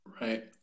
Right